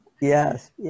Yes